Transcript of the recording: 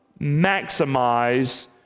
maximize